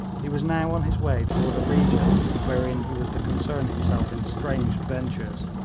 he was now on his way toward a region wherein he was to concern himself in strange adventures,